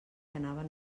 anaven